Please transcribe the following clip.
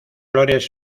flores